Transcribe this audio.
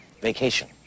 Vacation